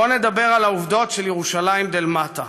בואו נדבר על העובדות של ירושלים דלמטה: